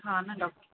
हा न डॉक्टर